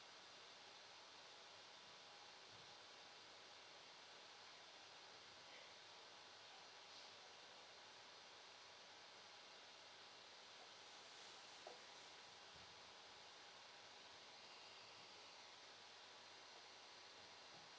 north